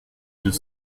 deux